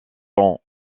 pont